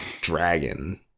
dragon